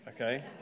okay